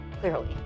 clearly